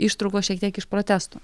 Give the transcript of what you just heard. ištraukos šiek tiek iš protestų